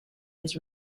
his